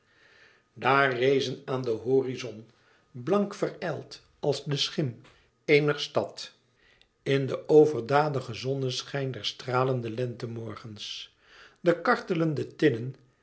daar rezen aan den horizon blank verijld als de schim een er stad in den overdadigen zonneschijn des stralenden lentemorgens de kartelende